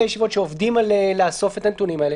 ישיבות שעובדים לאסוף את הנתונים האלה.